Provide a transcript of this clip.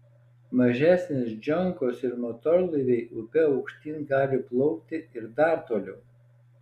mažesnės džonkos ir motorlaiviai upe aukštyn gali plaukti ir dar toliau